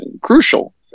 crucial